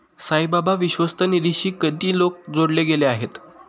साईबाबा विश्वस्त निधीशी किती लोक जोडले गेले आहेत?